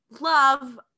love